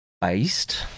Based